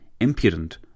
impudent